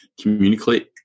communicate